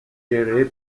gérées